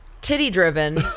titty-driven